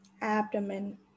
abdomen